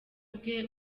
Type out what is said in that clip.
bwe